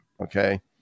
okay